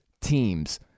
teams